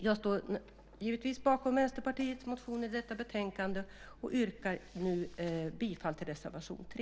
Jag står givetvis bakom Vänsterpartiets motioner som behandlas i detta betänkande och yrkar nu bifall till reservation 3.